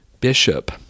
bishop